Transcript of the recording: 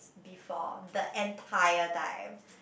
before the entire dime